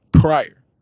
prior